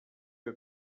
que